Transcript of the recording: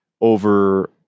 over